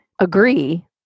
agree